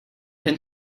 him